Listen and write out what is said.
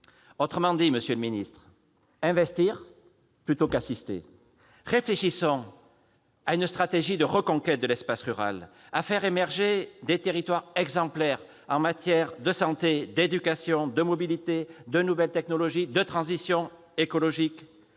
Autrement dit, monsieur le ministre, nous devons investir plutôt qu'assister. Réfléchissons à une stratégie de reconquête de l'espace rural visant à faire émerger des territoires exemplaires en matière de santé, d'éducation, de mobilités, de nouvelles technologies, de transition écologique,